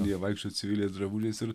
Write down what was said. jie vaikščiojo civiliais drabužiais ir